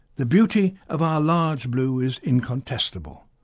the beauty of our large blue is incontestable,